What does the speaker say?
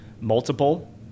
multiple